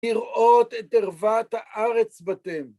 חראות את ערוות הארץ באתם.